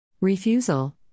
Refusal